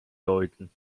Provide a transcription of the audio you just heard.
läuten